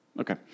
Okay